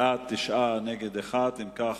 בעד, 9, נגד, 1, אין נמנעים.